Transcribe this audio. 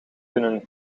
kunnen